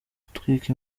gutwika